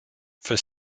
for